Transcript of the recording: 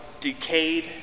decayed